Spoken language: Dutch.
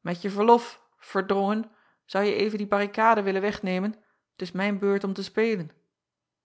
met je verlof erdrongen zouje even die barrikaden willen wegnemen t is mijn beurt om te spelen